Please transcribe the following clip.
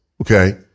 Okay